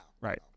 Right